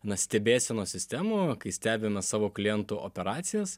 na stebėsenos sistemų kai stebime savo klientų operacijas